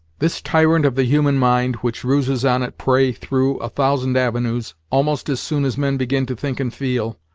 this tyrant of the human mind, which ruses on it prey through a thousand avenues, almost as soon as men begin to think and feel,